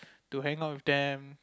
to hang out with them